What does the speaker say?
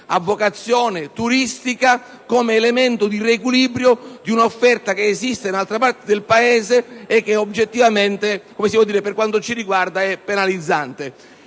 a vocazione turistica, al fine di riequilibrare un'offerta che esiste in altra parte del Paese e che oggettivamente, per quanto ci riguarda, è penalizzante.